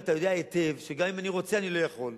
ואתה יודע היטב שגם אם אני רוצה אני לא יכול.